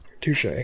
Touche